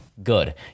Good